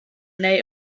neu